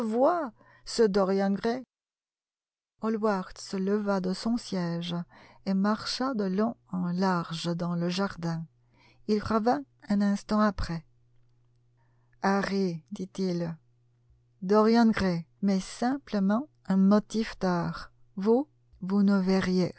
dorian gray hallward se leva de son siège et marcha de long en large dans le jardin il revint un instant après harry dit-il dorian gray m'est simplement un motif d'art vous vous ne verriez